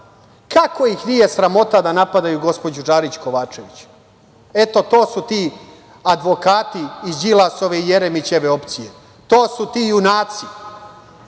ih nije sramota da napadaju gospođu Žarić Kovačević? Eto, to su ti advokati iz Đilasove i Jeremićeve opcije, to su ti junaci,